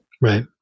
Right